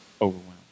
overwhelmed